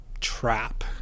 trap